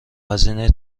هزینه